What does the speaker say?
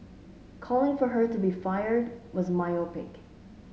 calling for her to be fired was myopic